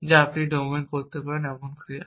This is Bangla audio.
যা আপনি ডোমেনে করতে পারেন এমন ক্রিয়া